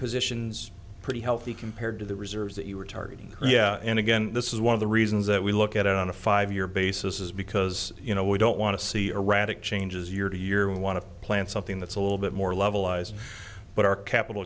positions pretty healthy compared to the reserves that you were targeting and again this is one of the reasons that we look at it on a five year basis is because you know we don't want to see erratic changes year to year we want to plan something that's a little bit more levelized but our capital